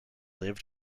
lived